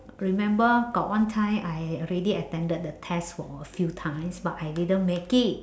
remember got one time I already attended the test for a few times but I didn't make it